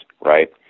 right